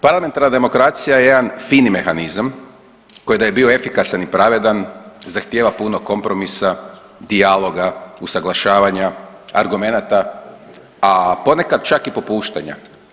Parlamentarna demokracija je jedan fini mehanizam koji da je bio efikasan i pravedan zahtjeva puno kompromisa, dijaloga, usaglašavanja, argumenata, a ponekad čak i popuštanja.